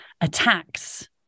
attacks